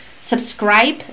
Subscribe